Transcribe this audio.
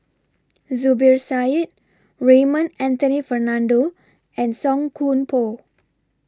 Zubir Said Raymond Anthony Fernando and Song Koon Poh